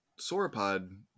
Sauropod